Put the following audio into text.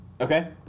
Okay